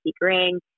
ring